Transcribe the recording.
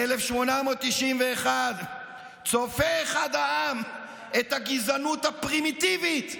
ב-1891 צופה אחד העם את הגזענות הפרימיטיבית,